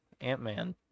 Ant-Man